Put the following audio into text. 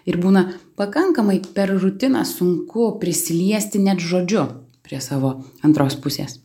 ir būna pakankamai per rutiną sunku prisiliesti net žodžiu prie savo antros pusės